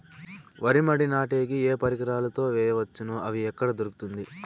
వరి మడి నాటే కి ఏ పరికరాలు తో వేయవచ్చును అవి ఎక్కడ దొరుకుతుంది?